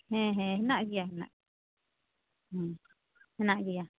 ᱦᱮᱸ ᱦᱮᱸ ᱦᱮᱱᱟᱜ ᱜᱮᱭᱟ ᱦᱮᱱᱟᱜ ᱜᱮᱭᱟ ᱦᱩᱸ ᱦᱮᱱᱟᱜ ᱜᱮᱭᱟ